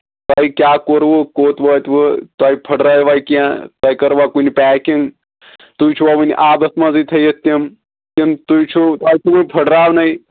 تۄہہِ کیٛاہ کوٚروُ کوٚت وٲۍتوُ تۄہہِ پھٕٹرٲیوا کیٚنہہ تۄہہِ کٔروا کُنہِ پیکِنٛگ تُہۍ چھِوا وٕنہِ آبَس منٛزٕے تھٲوِتھ تِم کِنہٕ تُہۍ چھِو تۄہہِ چھُو وٕنہِ پھٕٹراونَے